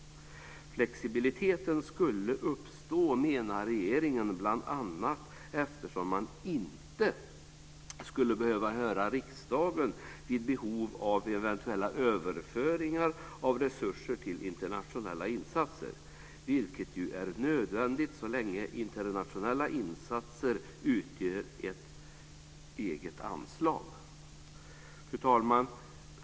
Flexibiliteten skulle uppstå, menar regeringen, bl.a. därför att man inte skulle behöva höra riksdagen vid behov av eventuella överföringar av resurser till internationella insatser, vilket ju är nödvändigt så länge internationella insatser utgör ett eget anslag. Fru talman!